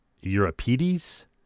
Euripides